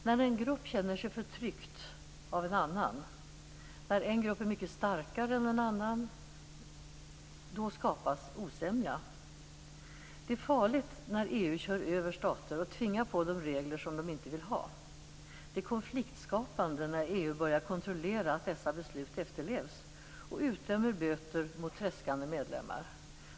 När en grupp känner sig förtryckt av en annan grupp, när en grupp är mycket starkare än en annan grupp, skapas osämja. Det är farligt när EU kör över stater och tvingar på dem regler som de inte vill ha. Det är konfliktskapande när EU börjar kontrollera att dessa beslut efterlevs och utdömer böter mot tredskande medlemmar.